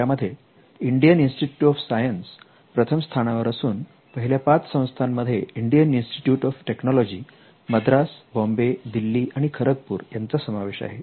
यामध्ये Indian Institute of Science प्रथम स्थानावर असून पहिल्या पाच संस्था मध्ये Indian Institute of Technology Madras Bombay Delhi आणि खरगपूर यांचा समावेश आहे